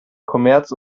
kommerz